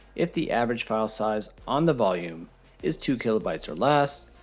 if the average file size on the volume is two kilobytes or less,